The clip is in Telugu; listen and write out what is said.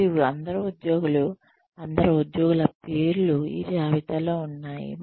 కాబట్టి అందరు ఉద్యోగులు అందరు ఉద్యోగుల పేర్లు ఈ జాబితాలో ఉన్నాయి